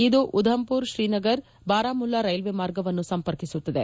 ಇದು ಉದಂಪುರ್ ತ್ರೀನಗರ್ ಬಾರಾಮುಲ್ಲಾ ರೈಲ್ವೆ ಮಾರ್ಗವನ್ನು ಸಂಪರ್ಕಸುತ್ತದೆ